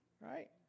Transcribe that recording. right